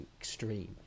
extreme